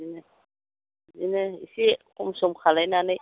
बिदिनो बिदिनो एसे खम सम खालामनानै